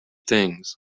things